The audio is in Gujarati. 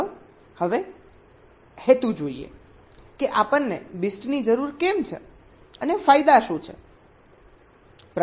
ચાલો હવે હેતુ જોઈએ કે આપણને BIST ની જરૂર કેમ છે અને ફાયદા શું છે